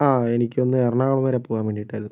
ആ എനിക്കൊന്ന് എറണാകുളം വരെ പോകാൻ വേണ്ടിയിട്ടായിരുന്നു